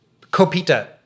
Copita